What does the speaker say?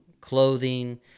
clothing